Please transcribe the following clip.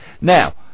Now